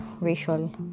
racial